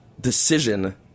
decision